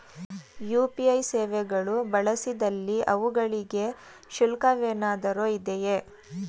UPI ಸೇವೆಗಳು ಬಳಸಿದಲ್ಲಿ ಅವುಗಳಿಗೆ ಶುಲ್ಕವೇನಾದರೂ ಇದೆಯೇ?